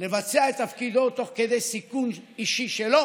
לבצע את תפקידו תוך כדי סיכון אישי שלו.